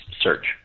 search